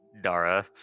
Dara